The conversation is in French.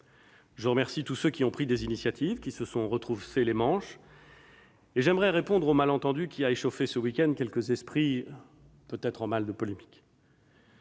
Je remercie tous ceux qui ont pris des initiatives et qui se sont retroussé les manches. J'aimerais répondre au malentendu qui a échauffé ce week-end quelques esprits peut-être en mal de polémiques.